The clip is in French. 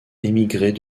émigrés